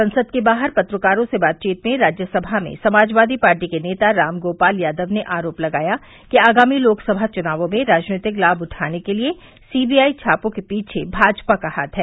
संसद के बाहर पत्रकारों से बातचीत में राज्यसभा में समाजवादी पार्टी के नेता राम गोपाल यादव ने आरोप लगाया कि आगामी लोकसभा चुनावों में राजनीतिक लाभ उठाने के लिए सीबीआई छापों के पीछे भाजपा का हाथ है